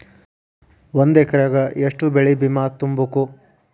ಒಂದ್ ಎಕ್ರೆಗ ಯೆಷ್ಟ್ ಬೆಳೆ ಬಿಮಾ ತುಂಬುಕು?